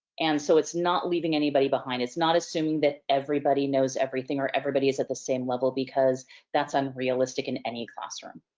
and so it's not leaving anybody behind. it's not assuming that everybody knows everything, or everybody is at the same level, because that's unrealistic in any classroom.